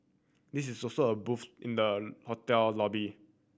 this is also a booth in the hotel lobby